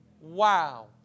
Wow